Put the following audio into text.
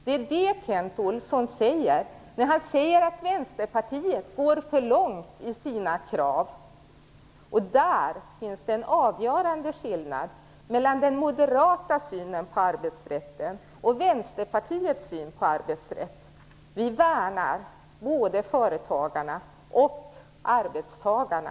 Det är det Kent Olsson menar när han säger att Vänsterpartiet går för långt i sina krav. Där finns en avgörande skillnad mellan den moderata synen och Vänsterpartiets syn på arbetsrätten. Vi värnar både företagarna och arbetstagarna.